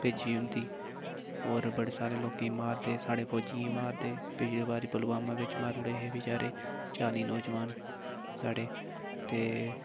भेजी दी हुंदी और बड़े सारे लोकें ई मारदे साढ़े फौजियें ई मारदे पिछले बारी पुलवामा बिच मारी ओड़े हे बचैरे चाली नौजोआन साढ़े ते